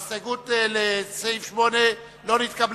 ההסתייגות של קבוצת סיעת חד"ש וקבוצת סיעת מרצ לסעיף 8 לא נתקבלה.